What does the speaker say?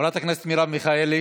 חברת הכנסת מרב מיכאלי.